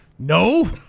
No